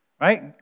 right